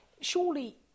Surely